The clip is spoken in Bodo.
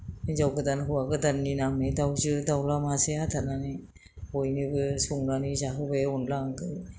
हिनजाव गोदान हौवा गोदाननि नामै दाउजो दाउला मासे हाथारनानै बयनोबो संनानै जाहोबाय अनद्ला ओंख्रि